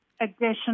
additional